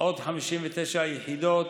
עוד 59 יחידות